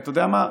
אתה יודע מה,